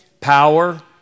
power